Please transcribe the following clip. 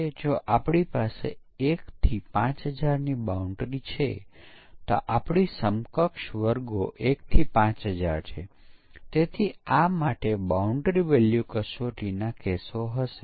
તેથી ખામીના દરેક વર્ગ માટેના ભૂલોની ટકાવારી વાસ્તવિક પ્રોગ્રામની સાથે મેળ ખાતી હોવી જોઈએ